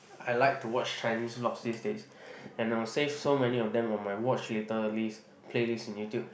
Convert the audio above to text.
I like to watch Chinese vlogs these days and I will save so many of them on my watch later list playlist in YouTube